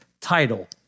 title